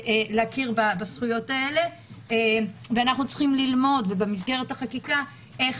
בזכויות האלה ואנחנו צריכים ללמוד במסגרת החקיקה איך